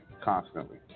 constantly